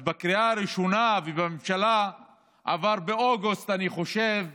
אז בקריאה הראשונה ובממשלה אני חושב